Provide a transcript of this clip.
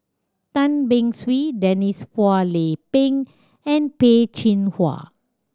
Tan Beng Swee Denise Phua Lay Peng and Peh Chin Hua